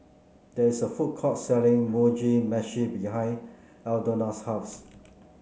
there is a food court selling Mugi Meshi behind Aldona's house